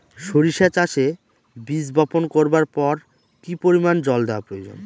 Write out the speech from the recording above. সরিষা চাষে বীজ বপন করবার পর কি পরিমাণ জল দেওয়া প্রয়োজন?